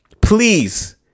please